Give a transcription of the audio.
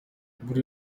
buri